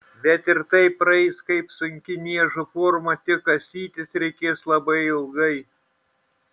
bet ir tai praeis kaip sunki niežų forma tik kasytis reikės labai ilgai